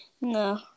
no